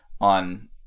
on